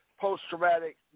post-traumatic